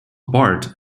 bart